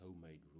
homemade